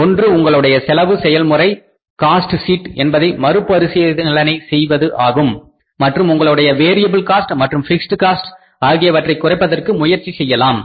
ஒன்று உங்களுடைய செலவு செயல்முறை காஸ்ட் ஷீட் என்பதை மறுபரிசீலனை செய்வது ஆகும் மற்றும் உங்களுடைய வேரியபில் காஸ்ட் மற்றும் பிக்ஸ்ட் காஸ்ட் ஆகியவற்றை குறைப்பதற்கு முயற்சி செய்யலாம்